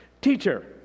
Teacher